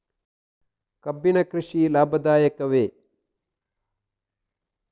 ಕಬ್ಬಿನ ಕೃಷಿ ಲಾಭದಾಯಕವೇ?